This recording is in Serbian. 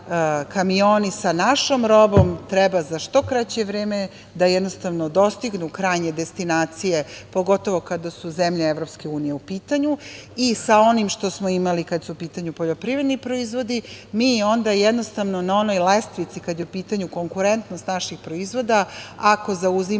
sa našom robom treba za što kraće vreme da jednostavno dostignu krajnje destinacije, pogotovo kada su zemlje EU u pitanju i sa onim što smo imali kada su u pitanju poljoprivredni proizvodi, mi onda jednostavno na onoj lestvici kada je u pitanju konkurentnost naših proizvoda, ako zauzimamo